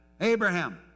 Abraham